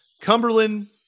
Cumberland